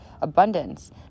abundance